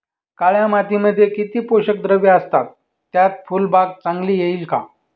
काळ्या मातीमध्ये किती पोषक द्रव्ये असतात, त्यात फुलबाग चांगली येईल का?